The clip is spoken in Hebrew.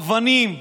אבנים.